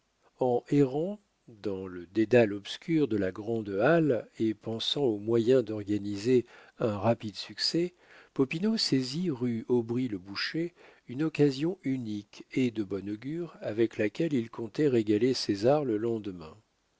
en errant dans le dédale obscur de la grande halle en pensant aux moyens d'organiser un rapide succès popinot saisit rue aubry le boucher une occasion unique et de bon augure avec laquelle il comptait régaler césar le lendemain